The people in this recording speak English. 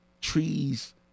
trees